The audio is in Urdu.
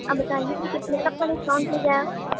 آپ بتائیے کہ کتنے تک کا ڈسکاؤنٹ مل جائے گا